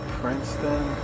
Princeton